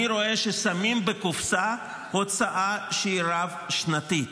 אני רואה ששמים בקופסה הוצאה שהיא רב-שנתית.